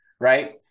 Right